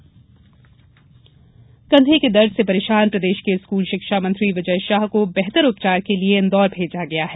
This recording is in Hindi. विजय शाह इंदौर कंधे के दर्द से परेशान प्रदेश के स्कूल शिक्षा मंत्री विजय शाह को बेहतर उपचार के लिए इंदौर भेजा गया है